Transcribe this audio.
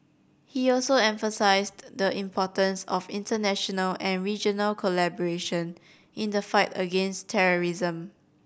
he also emphasised the importance of international and regional collaboration in the fight against terrorism